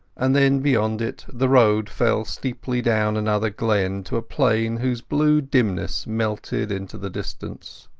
and then beyond it the road fell steeply down another glen to a plain whose blue dimness melted into the distance.